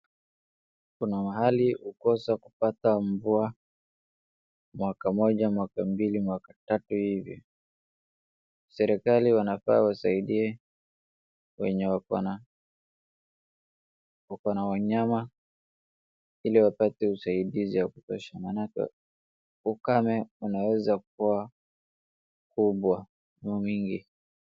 Kuna mahali hukosa kupata mvua mwaka mmoja, mwaka mbili, mwaka tatu hivi. Serikali wanafaa wasaidie wenye wakona wanyama ili wapate usaidizi wa kutosha manake ukame unaeza kuwa mkubwa ama mwingi.